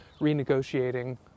Renegotiating